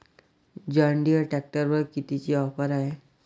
John Deere ट्रॅक्टरवर कितीची offer हाये?